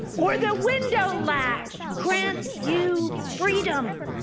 or the window latch grants you freedom.